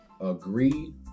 agree